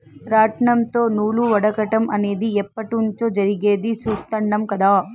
రాట్నంతో నూలు వడకటం అనేది ఎప్పట్నుంచో జరిగేది చుస్తాండం కదా